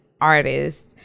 artist